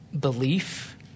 belief